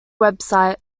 website